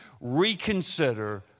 Reconsider